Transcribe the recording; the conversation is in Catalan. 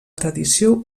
tradició